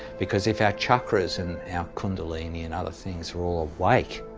because if our chakras and our kundalini and other things were all awake,